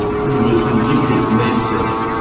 who was an illiterate maidservant,